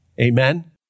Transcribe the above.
Amen